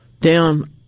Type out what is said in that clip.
down